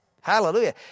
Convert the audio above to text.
Hallelujah